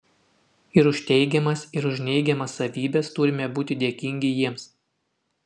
ir už teigiamas ir už neigiamas savybes turime būti dėkingi jiems